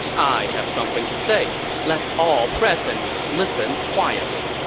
i have something to say let all present listen quietly.